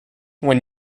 when